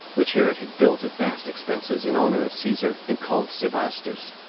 which herod had built at vast expenses in honor of caesar, and called sebastus.